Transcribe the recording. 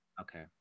okay